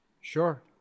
Sure